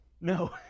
No